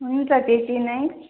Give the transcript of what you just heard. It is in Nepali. हुन्छ त्यति नै